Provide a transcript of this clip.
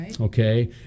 Okay